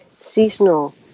seasonal